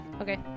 Okay